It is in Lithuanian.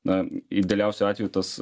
na idealiausiu atveju tas